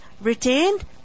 retained